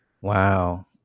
Wow